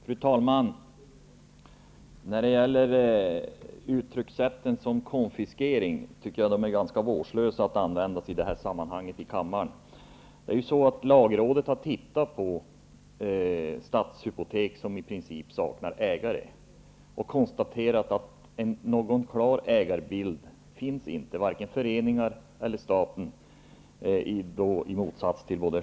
Fru talman! Uttryck som konfiskering är ganska vårdslösa att använda i det här sammanhanget i kammaren. Lagrådet har studerat Stadshypotek, som i princip saknar ägare, och konstaterat att det inte finns någon klar ägarbild -- varken föreningar eller staten.